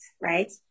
right